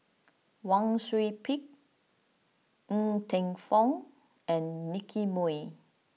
Wang Sui Pick Ng Teng Fong and Nicky Moey